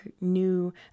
new